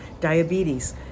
diabetes